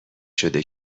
شده